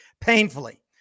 painfully